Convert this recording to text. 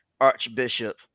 Archbishop